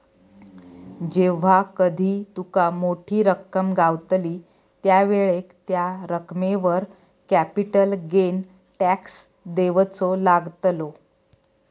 जेव्हा कधी तुका मोठी रक्कम गावतली त्यावेळेक त्या रकमेवर कॅपिटल गेन टॅक्स देवचो लागतलो